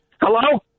Hello